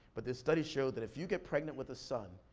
but this study showed that if you get pregnant with a son,